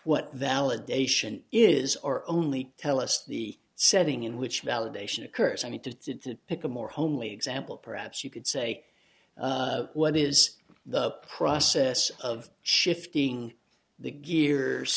that allegation is or only tell us the setting in which validation occurs i need to pick a more homely example perhaps you could say what is the process of shifting the gears